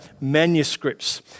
manuscripts